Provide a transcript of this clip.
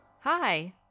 Hi